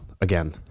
again